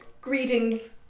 Greetings